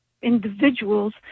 individuals